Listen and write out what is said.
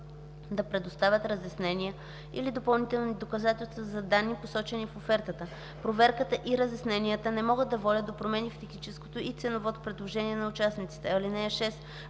да предоставят разяснения или допълнителни доказателства за данни, посочени в офертата. Проверката и разясненията не могат да водят до промени в техническото и ценовото предложение на участниците.